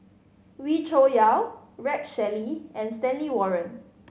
Wee Cho Yaw Rex Shelley and Stanley Warren